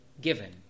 given